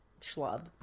schlub